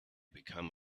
become